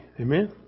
Amen